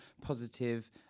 positive